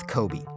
Kobe